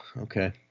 okay